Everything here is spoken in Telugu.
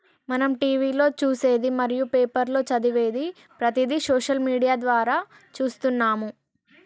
మనం టీవీలో చూసేది మరియు పేపర్లో చదివేది ప్రతిదీ సోషల్ మీడియా ద్వారా చూస్తున్నాము